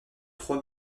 trois